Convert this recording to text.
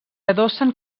adossen